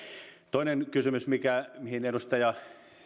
toinen kysymys minkä edustaja